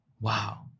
wow